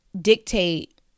dictate